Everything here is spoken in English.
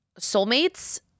soulmates